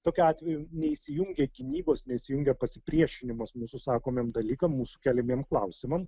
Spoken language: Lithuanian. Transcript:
tokiu atveju neįsijungia gynybos nesijungia pasipriešinimas mūsų sakomiem dalykam mūsų keliamiem klausimam